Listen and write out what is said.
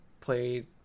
played